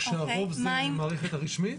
הרוב זה המערכת הרשמית?